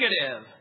negative